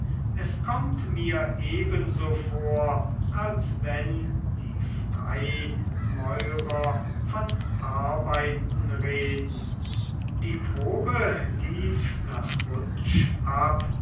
es kommt mir ebenso vor als wenn die freimäurer von arbeiten reden die probe lief nach wunsch ab